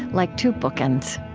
like two bookends.